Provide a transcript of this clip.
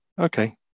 okay